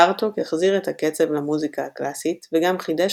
בארטוק החזיר את הקצב למוזיקה הקלאסית וגם חידש